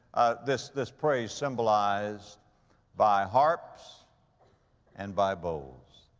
this, this praise symbolized by harps and by bowls.